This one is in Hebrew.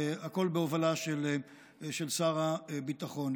הכול בהובלה של שר הביטחון.